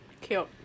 Cute